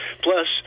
Plus